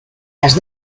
las